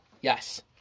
Yes